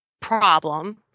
problem